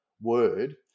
word